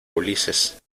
ulises